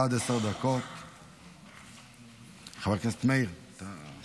חוק ומשפט לצורך הכנתה לקריאה ראשונה.